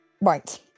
right